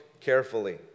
carefully